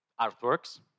artworks